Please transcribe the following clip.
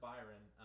Byron